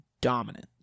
dominant